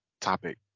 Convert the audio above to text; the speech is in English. topic